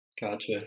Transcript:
Gotcha